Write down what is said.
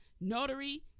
notary